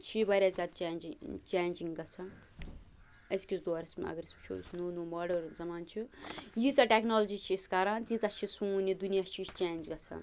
چھِ یہِ واریاہ زیادٕ چینجِنٛگ چینجِنٛگ گَژھان أزکِس دورَس منٛز اَگر أسۍ وُچھو یُس نوٚو نوٚو ماڈٲرٕن زمانہٕ چھُ ییٖژاہ ٹیٚکنالجی چھِ أسۍ کَران تیٖژاہ چھِ سون یہِ دُنیا چھُ یہِ چھِ چینج گَژھان